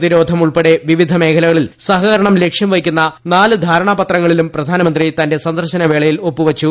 പ്രതിരോധം ഉൾപ്പെടെ വിവിധ മേഖലകളിൽ സഹകരണം ലക്ഷ്യം വെക്കുന്ന നാലു ധാരണാപത്രങ്ങളിലും പ്രധാനമന്ത്രി തന്റെ സന്ദർശന വേളയിൽ ഒപ്പു വച്ചു